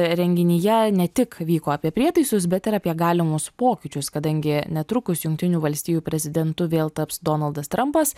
renginyje ne tik vyko apie prietaisus bet ir apie galimus pokyčius kadangi netrukus jungtinių valstijų prezidentu vėl taps donaldas trampas